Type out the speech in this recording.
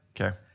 Okay